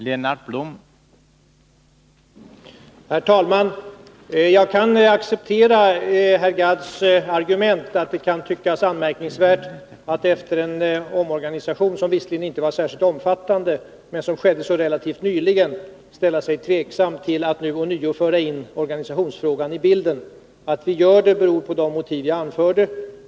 Herr talman! Jag kan acceptera herr Gadds argument att det kan tyckas anmärkningsvärt att efter en omorganisation, som visserligen inte var särskilt omfattande men som skedde så relativt nyligen, ställa sig tveksam till att nu ånyo föra in organisationsfrågan i bilden. Att vi gör det har sin grund i de motiv vi framfört.